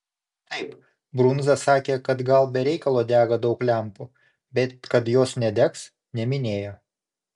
taip brundza sakė kad gal be reikalo dega daug lempų bet kad jos nedegs neminėjo